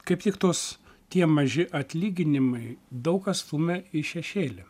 kaip tik tos tie maži atlyginimai daug ką stumia į šešėlį